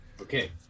Okay